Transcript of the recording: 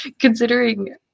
Considering